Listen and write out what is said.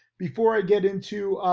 before i get into,